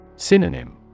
Synonym